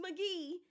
McGee